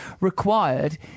required